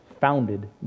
founded